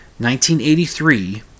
1983